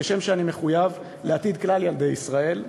כשם שאני מחויב לעתיד כלל ילדי ישראל,